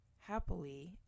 happily